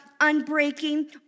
unbreaking